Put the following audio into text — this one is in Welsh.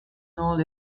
nol